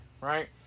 right